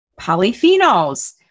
polyphenols